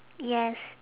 yes